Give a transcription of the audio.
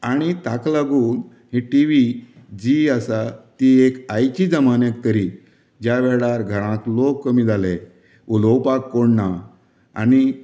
आनी ताका लागून ही टिवी जी आसा ती एक आयची जमान्याक तरी ज्या वेळार घरांत लोक कमी जाले उलोवपाक कोण ना आनी